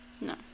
No